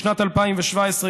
משנת 2017,